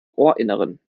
ohrinneren